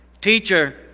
Teacher